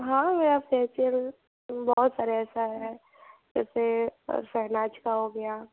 हाँ यहाँ फेसिअल बहुत सारे ऐसा है जैसे शेहनाज का हो गया